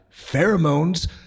pheromones